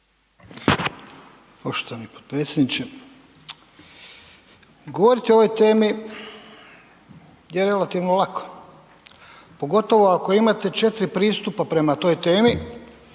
Poštovani potpredsjedniče. Govoriti o ovoj temi je relativno lako. Pogotovo ako imate 4 pristupa prema toj temi